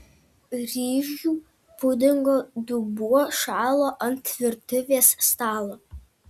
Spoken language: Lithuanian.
ryžių pudingo dubuo šalo ant virtuvės stalo